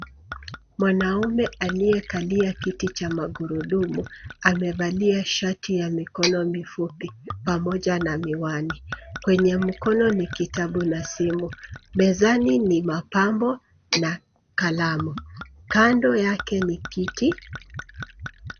Mwanaume aliyekalia kiti cha magurudumu, amevalia shati ya mikono mifupi pamoja na miwani. Kwenye mkono ni kitabu na simu. Mezani ni mapambo na kalamu. Kando yake ni kiti.